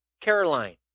Caroline